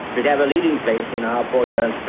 should have a leading place in our four years